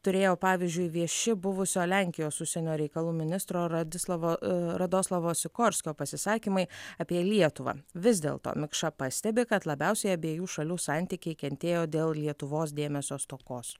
turėjo pavyzdžiui vieši buvusio lenkijos užsienio reikalų ministro radislavo radoslavos sikorskio pasisakymai apie lietuvą vis dėl to mikša pastebi kad labiausiai abiejų šalių santykiai kentėjo dėl lietuvos dėmesio stokos